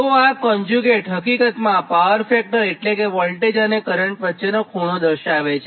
તો આ કોન્જ્યુગેટ હકીકતમાં પાવર ફેક્ટર એટલે કે વોલ્ટેજ અને કરંટ વચ્ચેનો ખૂંણો દર્શાવે છે